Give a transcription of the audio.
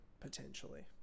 potentially